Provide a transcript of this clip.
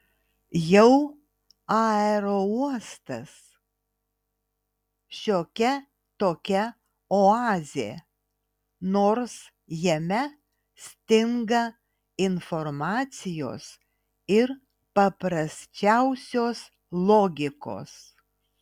jau aerouostas šiokia tokia oazė nors jame stinga informacijos ir paprasčiausios logikos